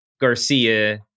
Garcia